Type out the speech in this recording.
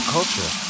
Culture